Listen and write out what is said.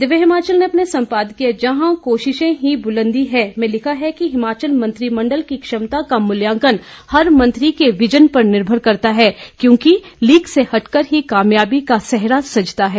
दिव्य हिमाचल ने अपने संपादकीय जहां कोशिशें ही बुलंदी हैं में लिखा है कि हिमाचल मंत्रिमंडल की क्षमता का मूल्यांकन हर मंत्री के विजन पर निर्भर करता है क्योंकि लीक से हटकर ही कामयाबी का सेहरा सजता है